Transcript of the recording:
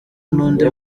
n’undi